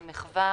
מדובר במחווה